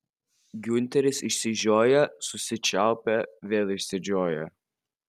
giunteris išsižioja susičiaupia vėl išsižioja